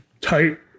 tight